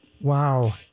Wow